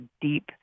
deep